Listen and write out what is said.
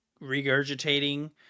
regurgitating